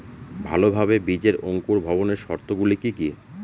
ভালোভাবে বীজের অঙ্কুর ভবনের শর্ত গুলি কি কি?